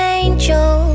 angel